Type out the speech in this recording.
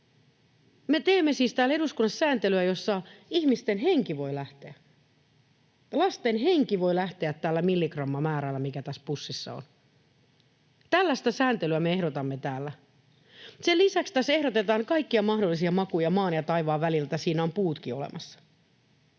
Me teemme siis täällä eduskunnassa sääntelyä, jossa ihmisten henki voi lähteä — lasten henki voi lähteä täällä milligrammamäärällä, mikä tässä pussissa on. Tällaista sääntelyä me ehdotamme täällä. Sen lisäksi tässä ehdotetaan kaikkia mahdollisia makuja maan ja taivaan väliltä, niin että siinä on puutkin olemassa.